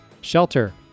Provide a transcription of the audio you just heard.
shelter